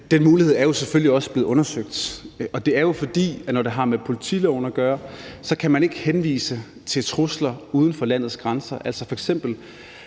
Den mulighed er jo selvfølgelig også blevet undersøgt. Det er jo, fordi man, når det har med politiloven at gøre, ikke kan henvise til trusler uden for landets grænser